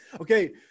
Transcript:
Okay